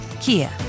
Kia